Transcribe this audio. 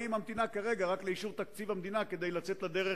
וכרגע היא ממתינה רק לאישור תקציב המדינה כדי לצאת לדרך